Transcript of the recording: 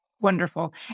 Wonderful